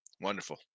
wonderful